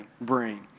brain